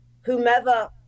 whomever